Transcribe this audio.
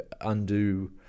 undo